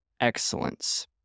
excellence